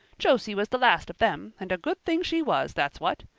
josie was the last of them, and a good thing she was, that's what.